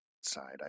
side